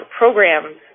programs